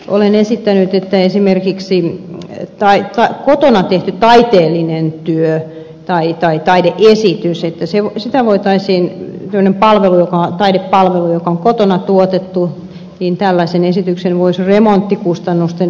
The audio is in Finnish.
olen esittänyt että esimerkiksi kotona tehdyn taiteellisen työn tai taidetuisi myös että se voitaisiin taide esityksen taidepalvelun joka on kotona tuotettu kotitaloudet voisivat remonttikustannusten